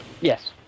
Yes